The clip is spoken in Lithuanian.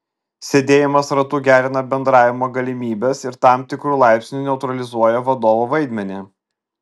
sėdėjimas ratu gerina bendravimo galimybes ir tam tikru laipsniu neutralizuoja vadovo vaidmenį